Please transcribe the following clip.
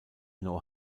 know